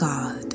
God